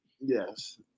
Yes